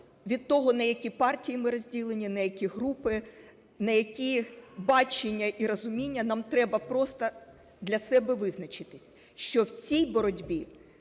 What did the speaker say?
від того, на які партії ми розділені, на які групи, на які бачення і розуміння, нам треба просто для себе визначитися, що в цій боротьбі,